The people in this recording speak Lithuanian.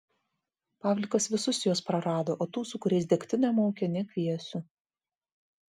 pavlikas visus juos prarado o tų su kuriais degtinę maukė nekviesiu